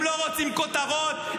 הם לא רוצים כותרות.